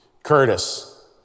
Curtis